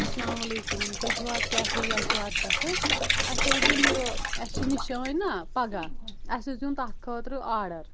اسلام علیکُم تُہۍ چھِو حظ کیفے یکجات پٮ۪ٹھٕ اسہِ اوس دِیُن یہِ اسہِ چھِ نشٲنۍ نہ پگہہ اسہِ اوس دیُن تتھ خٲطرٕ آرڈر